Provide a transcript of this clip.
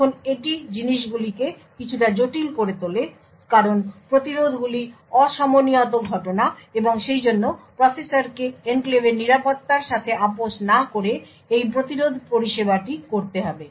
এখন এটি জিনিসগুলিকে কিছুটা জটিল করে তোলে কারণ প্রতিরোধগুলি অসমনিয়ত ঘটনা এবং সেইজন্য প্রসেসরকে এনক্লেভের নিরাপত্তার সাথে আপস না করে এই প্রতিরোধ পরিষেবাটি করতে হবে